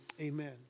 Amen